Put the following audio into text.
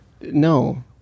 No